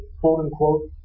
quote-unquote